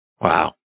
Wow